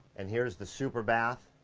and here's the superbath.